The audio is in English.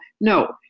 No